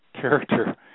character